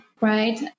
right